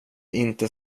inte